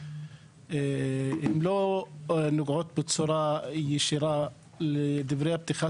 הם לא נוגעים בצורה ישירה לדברי הפתיחה